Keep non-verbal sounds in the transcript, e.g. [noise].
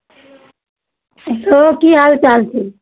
[unintelligible] कि हालचाल छै